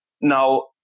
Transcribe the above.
now